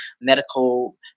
medical